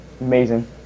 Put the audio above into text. Amazing